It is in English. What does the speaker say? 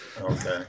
okay